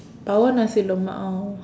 but I want Nasi-Lemak now